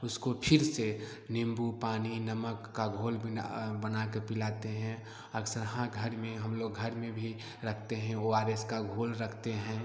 उसको फिर से नींबू पानी नमक का घोल बिना बना के पिलाते हैं अक्सर हाँ घर में हम लोग घर में भी रखते हैं ओ आर एस का घोल रखते हैं